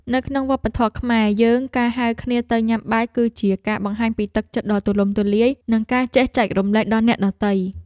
នៅក្នុងវប្បធម៌ខ្មែរយើងការហៅគ្នាទៅញ៉ាំបាយគឺជាការបង្ហាញពីទឹកចិត្តដ៏ទូលំទូលាយនិងការចេះចែករំលែកដល់អ្នកដទៃ។